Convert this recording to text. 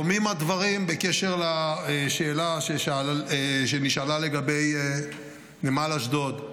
דומים הדברים בקשר של השאלה שנשאלה לגבי נמל אשדוד.